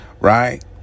right